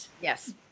Yes